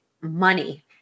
money